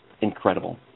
incredible